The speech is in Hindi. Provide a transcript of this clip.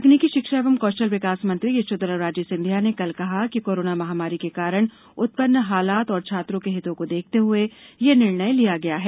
तकनीकी शिक्षा एवं कौशल विकास मंत्री यशोधरा राजे सिंधिया ने कल कहा कि कोरोना महामारी के कारण उत्पन्न हालात और छात्रों के हितों को देखते हुए यह निर्णय लिया गया है